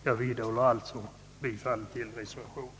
Jag vidhåller mitt yrkande om bifall till reservationen.